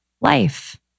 life